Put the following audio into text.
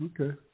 Okay